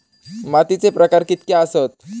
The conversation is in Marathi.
मातीचे प्रकार कितके आसत?